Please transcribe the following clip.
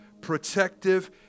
Protective